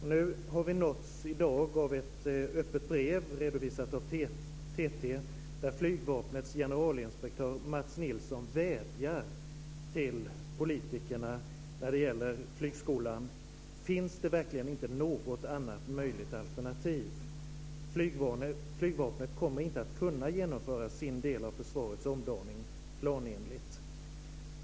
I dag har vi nåtts av ett öppet brev redovisat av TT där flygvapnets generalinspektör Mats Nilsson vädjar till politikerna när det gäller flygskolan. Finns det verkligen inte något annat möjligt alternativ? Flygvapnet kommer inte att kunna genomföra sin del av försvarets omdaning planenligt.